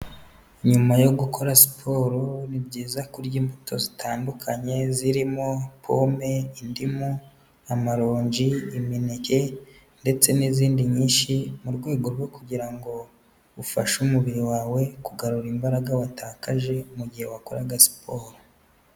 Nyuma yo gukora siporo ni byiza kurya imbuto zitandukanye zirimo pome, indimu, amaronji, imineke ndetse n'izindi nyinshi mu rwego rwo kugira ngo ufashe umubiri wawe kugarura imbaraga watakaje mu gihe wakoraga siporo.